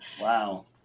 Wow